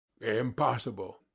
Impossible